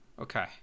okay